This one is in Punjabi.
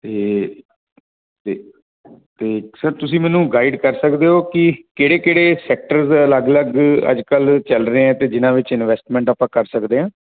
ਅਤੇ ਅਤੇ ਅਤੇ ਸਰ ਤੁਸੀਂ ਮੈਨੂੰ ਗਾਈਡ ਕਰ ਸਕਦੇ ਹੋ ਕਿ ਕਿਹੜੇ ਕਿਹੜੇ ਸੈਕਟਰਜ਼ ਅਲੱਗ ਅਲੱਗ ਅੱਜ ਕੱਲ੍ਹ ਚੱਲ ਰਹੇ ਆ ਅਤੇ ਜਿਨ੍ਹਾਂ ਵਿੱਚ ਇਨਵੈਸਟਮੈਂਟ ਆਪਾਂ ਕਰ ਸਕਦੇ ਹਾਂ